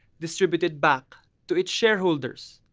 distributed back to its shareholders.